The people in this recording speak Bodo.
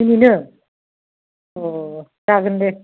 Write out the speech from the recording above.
दिनैनो अ जागोन दे